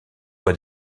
fois